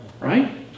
Right